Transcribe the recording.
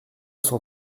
cent